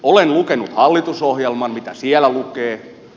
olen lukenut hallitusohjelman mitä siellä lukee